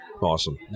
Awesome